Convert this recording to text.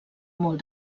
molt